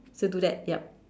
just do that yup